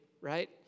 right